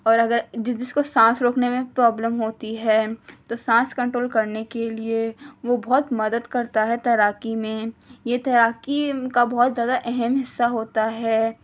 اور اگر جس جس کو سانس روکنے میں پرابلم ہوتی ہے تو سانس کنٹرول کرنے کے لیے وہ بہت مدد کرتا ہے تیراکی میں یہ تیراکی کا بہت زیادہ اہم حصہ ہوتا ہے